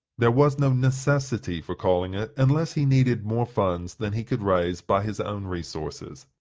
there was no necessity for calling it unless he needed more funds than he could raise by his own resources.